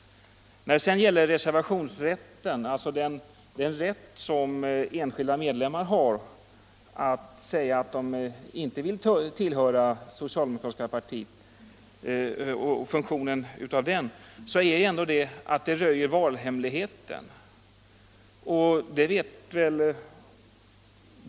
I fråga om reservationsrätten, dvs. den rätt som enskilda medlemmar har att förklara att de inte vill tillhöra det socialdemokratiska partiet, är det ändå så, att den röjer valhemligheten.